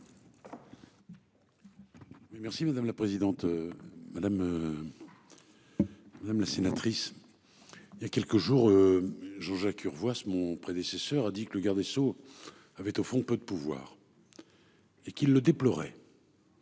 Merci madame la présidente. Madame. Madame la sénatrice. Il y a quelques jours. Jean-Jacques Urvoas ce mon prédécesseur a dit que le garde des Sceaux avait, au fond, peu de pouvoir. Et qu'il le déplorait.